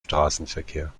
straßenverkehr